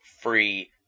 free